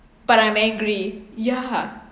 but I'm angry yeah